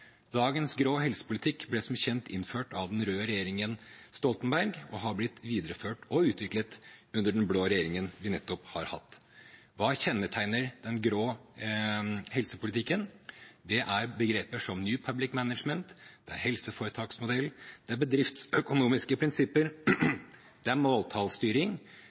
Dagens grå helsepolitikk ble som kjent innført av den røde regjeringen Stoltenberg og har blitt videreført og utviklet under den blå regjeringen vi nettopp har hatt. Hva kjennetegner den grå helsepolitikken? Det er begreper som New Public Management, det er helseforetaksmodell, det er bedriftsøkonomiske prinsipper, det er måltallstyring.